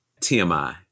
TMI